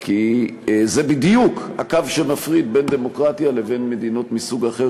כי זה בדיוק הקו שמפריד בין דמוקרטיה לבין מדינות מסוג אחר,